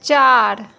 चार